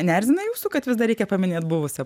neerzina jūsų kad vis dar reikia paminėt buvusią